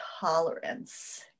tolerance